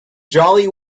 jolly